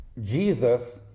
Jesus